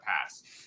past